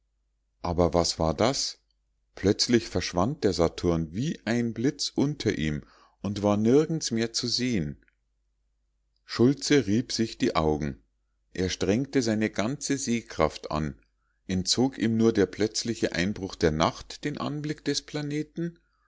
aber was war das plötzlich verschwand der saturn wie ein blitz unter ihm und war nirgends mehr zu sehen schultze rieb sich die augen er strengte seine ganze sehkraft an entzog ihm nur der plötzliche einbruch der nacht den anblick des planeten